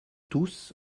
tous